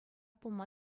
пулма